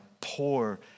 poor